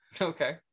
Okay